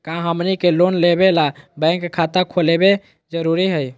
का हमनी के लोन लेबे ला बैंक खाता खोलबे जरुरी हई?